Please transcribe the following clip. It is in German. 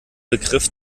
begriff